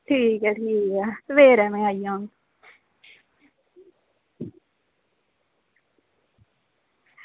ठीक ऐ ठीक ऐ सबेरै में आई जाङन